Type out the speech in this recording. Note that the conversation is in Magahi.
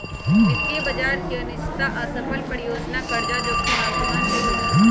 वित्तीय बजार की अनिश्चितता, असफल परियोजना, कर्जा जोखिम आक्रमण से होइ छइ